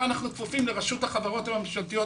אנחנו כפופים לרשות החברות הממשלתיות,